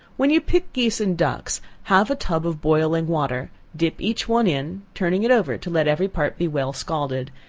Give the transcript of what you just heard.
when you pick geese and ducks, have a tub of boiling water dip each one in, turning it over to let every part be well scalded,